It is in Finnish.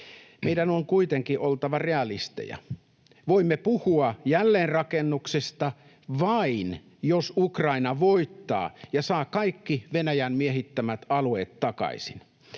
Meidän on kuitenkin oltava realisteja. Voimme puhua jälleenrakennuksesta vain, jos Ukraina voittaa ja saa kaikki Venäjän miehittämät alueet takaisin.